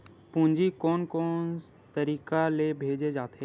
पूंजी कोन कोन तरीका ले भेजे जाथे?